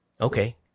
okay